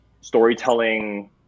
storytelling